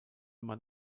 man